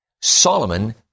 Solomon